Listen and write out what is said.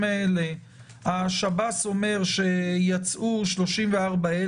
להתקין הוראות שיחייבו את השב"ס בהוצאת יותר אסירים,